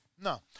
No